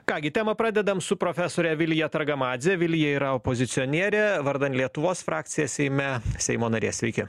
ką gi temą pradedam su profesore vilija targamadze vilija yra opozicionierė vardan lietuvos frakcija seime seimo narė sveiki